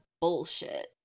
bullshit